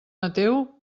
mateu